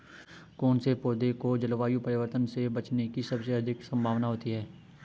कौन से पौधे को जलवायु परिवर्तन से बचने की सबसे अधिक संभावना होती है?